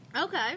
okay